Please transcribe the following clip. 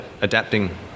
adapting